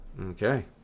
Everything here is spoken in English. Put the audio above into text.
Okay